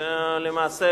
למעשה,